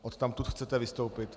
Odtamtud chcete vystoupit?